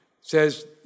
Says